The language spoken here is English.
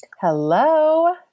Hello